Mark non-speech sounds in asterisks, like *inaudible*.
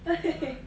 *laughs*